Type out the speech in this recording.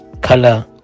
color